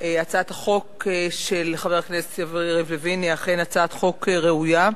הצעת החוק של חבר הכנסת יריב לוין היא אכן הצעת חוק ראויה.